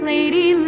Lady